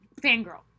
Fangirl